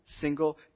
single